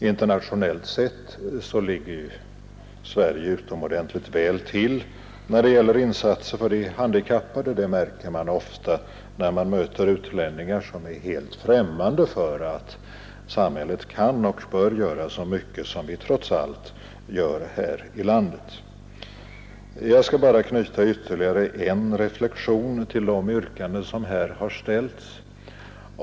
Internationellt sett ligger Sverige utomordentligt väl till när det gäller insatser för de handikappade — det märker man ofta när man möter utlänningar, som är helt främmande för att samhället skall och bör göra så mycket som vi trots allt gör här i landet. 83 Jag skall bara knyta ytterligare en reflexion till de yrkanden som har ställts.